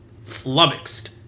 flummoxed